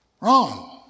Wrong